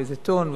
באיזה טון,